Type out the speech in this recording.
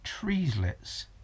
treeslets